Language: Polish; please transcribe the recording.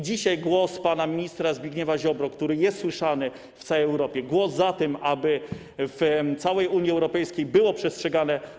Dzisiaj głos pana ministra Zbigniewa Ziobry, który jest słyszany w całej Europie, głos za tym, aby w całej Unii Europejskiej było przestrzegane prawo, zwycięży.